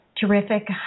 terrific